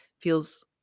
feels